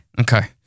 Okay